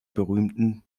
berühmten